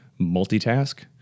multitask